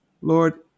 Lord